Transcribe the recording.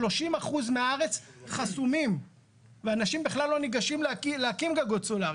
30% מהארץ חסומים ואנשים בכלל לא ניגשים להקים גגות סולאריים.